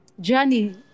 journey